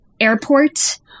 airport